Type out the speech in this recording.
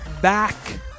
back